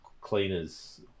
cleaners